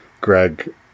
Greg